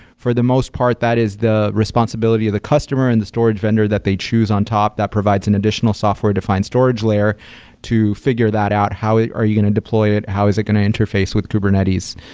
for the most part that is the responsibility of the customer and the storage vendor that they choose on top that provides an additional software defined storage layer to figure that out how are you going to deploy it. how is it going to interface with kubernetes?